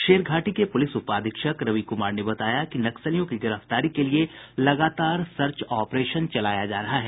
शेरघाटी के पूलिस उपधीक्षक रवि कुमार ने बताया कि नक्सलियों की गिरफ्तारी के लिए लागातार सर्च ऑपरेशन चलाया जा रहा है